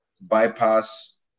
bypass